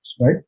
right